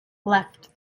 left